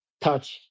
Touch